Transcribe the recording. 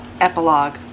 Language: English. epilogue